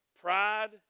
pride